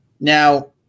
Now